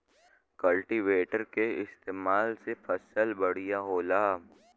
cultivator के इस्तेमाल से फसल बढ़िया होला